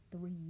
three